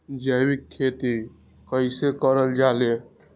जैविक खेती कई से करल जाले?